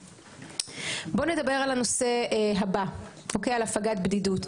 בואו נדבר על הנושא הבא: הפגת בדידות.